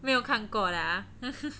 没有看过的啊